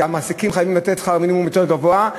שהמעסיקים חייבים לתת שכר מינימום יותר גבוה,